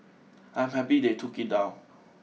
I'm happy they took it down